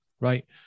right